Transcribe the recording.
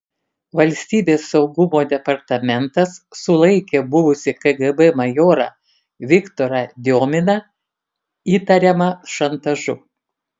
valstybės saugumo departamentas sulaikė buvusį kgb majorą viktorą diominą įtariamą šantažu